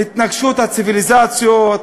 "התנגשות הציוויליזציות",